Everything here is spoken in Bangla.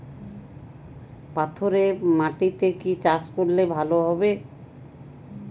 পাথরে মাটিতে কি চাষ করলে ভালো হবে?